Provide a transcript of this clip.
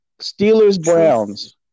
Steelers-Browns